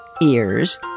Ears